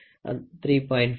02 3